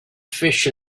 fish